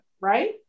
right